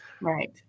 Right